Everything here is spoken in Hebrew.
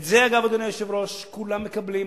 את זה, אגב, אדוני היושב-ראש, כולם מקבלים.